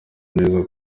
neza